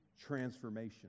transformation